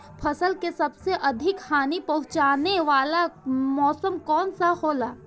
फसल के सबसे अधिक हानि पहुंचाने वाला मौसम कौन हो ला?